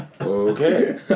Okay